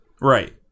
right